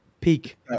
Peak